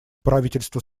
правительство